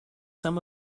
some